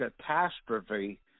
catastrophe